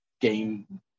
game